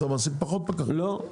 אתה מעסיק פחות פקחים --- לא,